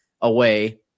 away